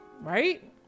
Right